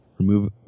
remove